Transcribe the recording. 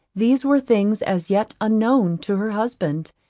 these were things as yet unknown to her husband,